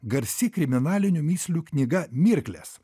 garsi kriminalinių mįslių knyga mirklės